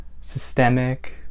systemic